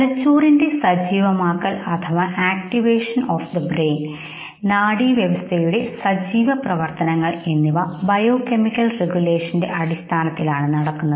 തലച്ചോറിന്റെ സജീവമാക്കൽ നാഡീവ്യവസ്ഥയുടെ സജീവ പ്രവർത്തനങ്ങൾ എന്നിവ ബയോകെമിക്കൽ റെഗുലേഷന്റെ അടിസ്ഥാനത്തിൽ ആണ് നടക്കുന്നത്